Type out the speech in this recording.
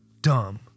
dumb